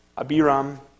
Abiram